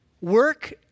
Work